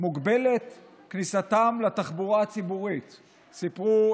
כניסתם לתחבורה הציבורית מוגבלת.